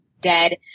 dead